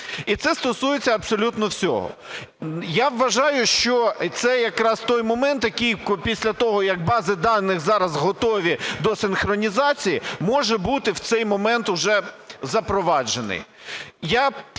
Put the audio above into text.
І це стосується абсолютно всього. Я вважаю, що цей якраз той момент, який після того, як бази даних зараз готові до синхронізації, може бути в цей момент уже запроваджений.